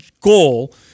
goal